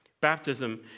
Baptism